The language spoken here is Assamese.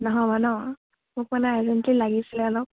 নহ'ব ন মোক মানে আইজংটোৱে লাগিছিলে অলপ